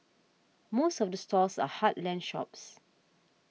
most of the stores are heartland shops